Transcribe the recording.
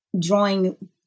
drawing